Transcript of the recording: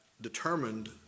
determined